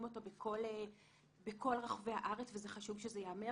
אותו בכל רחבי הארץ וחשוב שזה ייאמר,